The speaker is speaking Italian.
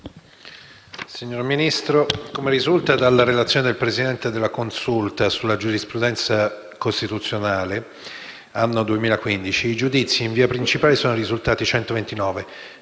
signor Ministro, come risulta dalla relazione del Presidente della Consulta sulla giurisprudenza costituzionale, anno 2015, i giudizi in via principale sono risultati 129: